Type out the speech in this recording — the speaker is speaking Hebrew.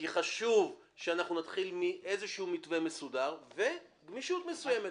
כי חשוב שאנחנו נתחיל מאיזשהו מתווה מסודר ו- גמישות מסוימת.